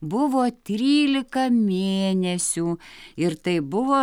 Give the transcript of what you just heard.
buvo trylika mėnesių ir tai buvo